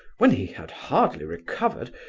when he had hardly recovered,